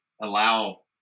allow